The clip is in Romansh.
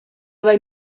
vein